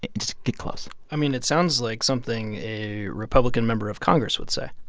and just get close i mean, it sounds like something a republican member of congress would say